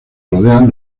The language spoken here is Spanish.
rodean